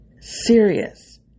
Serious